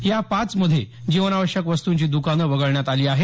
या पाचमध्ये जीवनावश्यक वस्तुंची दुकानं वगळण्यात आली आहेत